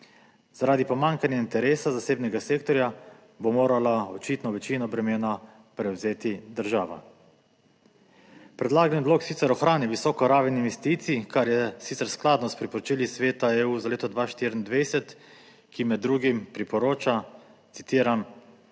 Zaradi pomanjkanja interesa zasebnega sektorja bo morala očitno večino bremena prevzeti država. Predlagani odlok sicer ohranja visoko raven investicij, kar je sicer skladno s priporočili Sveta EU za leto 2024, ki med drugim priporoča, citiram: